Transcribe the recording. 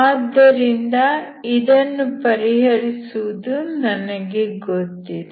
ಆದ್ದರಿಂದ ಇದನ್ನು ಪರಿಹರಿಸುವುದು ನನಗೆ ಗೊತ್ತಿದೆ